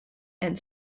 and